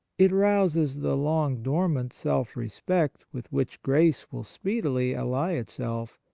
it rouses the long dormant self respect with which grace will speedily ally itself,